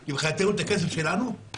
כי מבחינתנו חילקו את הכסף שלנו.